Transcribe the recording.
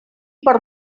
per